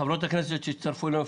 חברות הכנסת שהצטרפו אלינו,